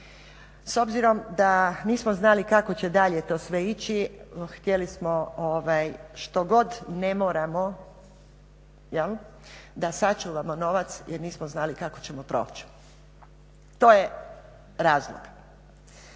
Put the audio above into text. S obzirom da nismo znali kako će dalje to sve ići htjeli smo što god ne moramo da sačuvamo novac jer nismo znali kako ćemo proći, to je razlog.